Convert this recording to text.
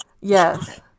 Yes